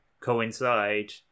coincide